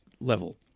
level